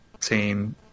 team